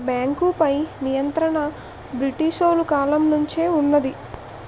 బేంకుపై నియంత్రణ బ్రిటీసోలు కాలం నుంచే వున్నది